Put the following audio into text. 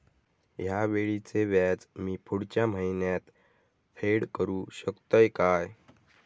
हया वेळीचे व्याज मी पुढच्या महिन्यात फेड करू शकतय काय?